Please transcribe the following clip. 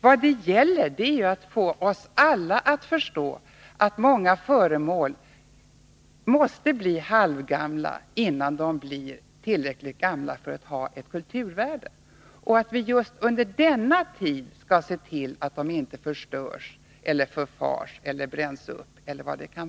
Vad det gäller att få oss alla att förstå är också att många föremål måste bli halvgamla, innan de blir tillräckligt gamla för att ha ett kulturvärde och att vi just under den tiden skall se till att de inte förstörs, förfars, bränns upp, etc.